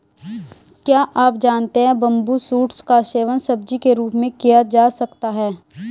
क्या आप जानते है बम्बू शूट्स का सेवन सब्जी के रूप में किया जा सकता है?